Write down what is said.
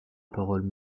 parole